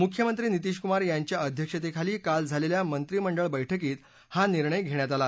मुख्यमंत्री नितीशकुमार यांच्या अध्यक्षतेखाली काल झालेल्या मंत्रीमंडळ बैठकीत हा निर्णय घेण्यात आला